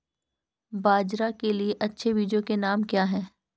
बाजरा के लिए अच्छे बीजों के नाम क्या हैं?